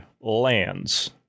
lands